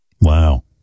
Wow